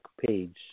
page